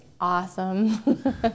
awesome